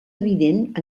evident